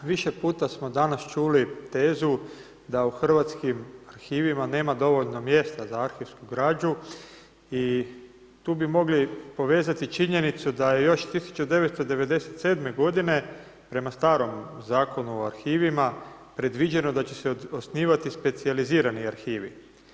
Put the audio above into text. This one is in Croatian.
Više puta smo danas čuli tezu da u hrvatskim arhivima nema dovoljno mjesta za arhivsku građu i tu bi mogli povezati činjenicu da je još 1997. godine prema starom Zakonu o arhivima, predviđeno da će se osnivati specijalizirani arhivi.